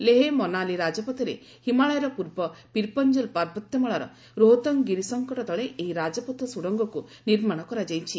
ଲେହ ମନାଲୀ ରାଜପଥରେ ହିମାଳୟର ପୂର୍ବ ପିରପଞ୍ଜଲ ପାର୍ବତ୍ୟମାଳାର ରୋହତାଙ୍ଗ୍ ଗିରି ସଂକଟ ତଳେ ଏହି ରାଜପଥ ସୁଡ଼ଙ୍ଗକୁ ନିର୍ମାଣ କରାଯାଉଛି